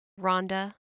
Rhonda